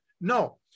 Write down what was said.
no